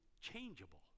changeable